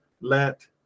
let